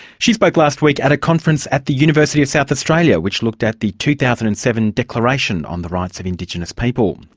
she spoke last week at a conference at the university of south australia, which looked at the two thousand and seven declaration on the rights of indigenous people.